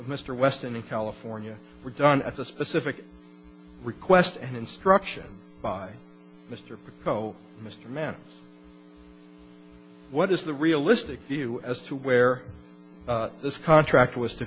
mr weston in california were done at the specific request and instruction by mr polk mr mann what is the realistic view as to where this contract was to